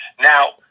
Now